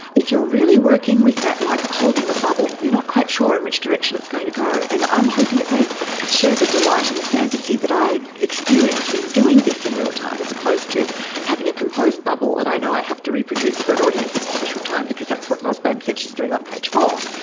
if you're really working with that, like holding a bubble, you're not quite sure in which direction it's going to go. and i'm hoping that they share the delight and the fantasy that i experience from doing this in real time as opposed to having a composed bubble that i know i have to reproduce for an audience at a special time because that's what ros bandt said she's doing on page four.